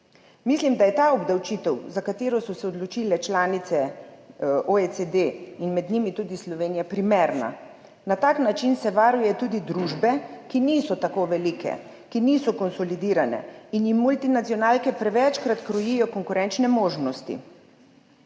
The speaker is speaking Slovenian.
Mislim, da je ta obdavčitev, za katero so se odločile članice OECD in med njimi tudi Slovenija, primerna. Na tak način se varuje tudi družbe, ki niso tako velike, ki niso konsolidirane in jim multinacionalke prevečkrat krojijo konkurenčne možnosti.